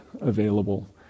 available